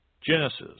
Genesis